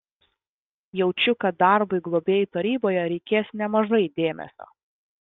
jaučiu kad darbui globėjų taryboje reikės nemažai dėmesio